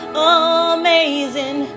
amazing